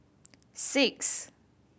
six